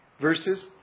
verses